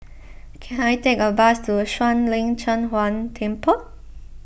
can I take a bus to Shuang Lin Cheng Huang Temple